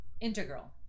integral